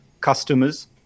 customers